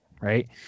right